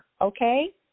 Okay